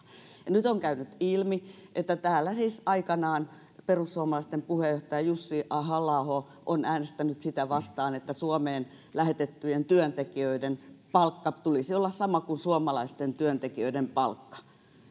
ja nyt on käynyt ilmi että täällä siis aikanaan perussuomalaisten puheenjohtaja jussi halla aho on äänestänyt sitä vastaan että suomeen lähetettyjen työntekijöiden palkan tulisi olla sama kuin suomalaisten työntekijöiden palkka